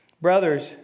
Brothers